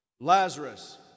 Lazarus